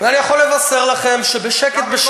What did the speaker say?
אני יכול לבשר לכם שבשקט-בשקט,